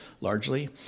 largely